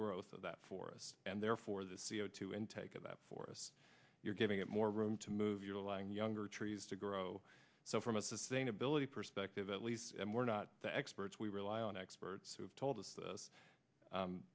growth of that for us and therefore the c o two intake of that forest you're giving it more room to move your lying younger trees to grow so from a sustainability perspective at least we're not the experts we rely on experts who have told us this